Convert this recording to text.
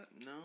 No